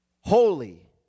holy